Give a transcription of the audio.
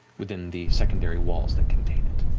within the secondary walls that contain it.